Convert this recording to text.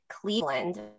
Cleveland